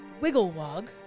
Wigglewog